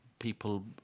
people